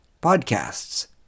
podcasts